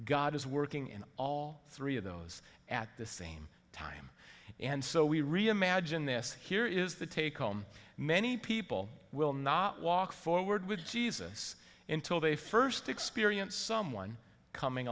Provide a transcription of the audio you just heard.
god is working in all three of those at the same time and so we reimagine this here is the take home many people will not walk forward with jesus until they first experience someone coming